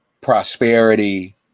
prosperity